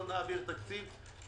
לא נעביר תקציב,